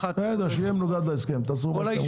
בסדר, שיהיה מנוגד להסכם, תעשו מה שאתם רוצים.